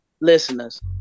listeners